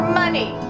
money